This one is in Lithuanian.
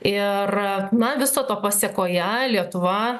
ir na viso to pasekoje lietuva